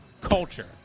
culture